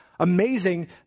Amazing